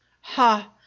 Ha